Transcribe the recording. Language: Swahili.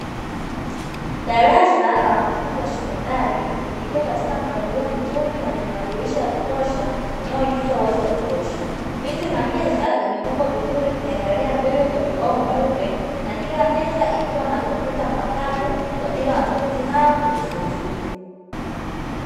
Darasa la wanafunzi wa sekondari likiwa katika mpangilio mzuri na lenye madirisha ya kutosha inaoingiza uwazi wa kutosha, viti na meza vimepangwa vizuri vikiangalia mbele kwenye ubao mweupe na kila meza ikiwa na kompyuta mpakato kwa ajili ya wanafunzi hawa kujifunzia.